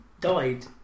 died